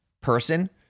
person